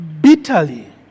bitterly